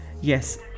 Yes